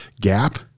gap